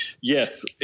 Yes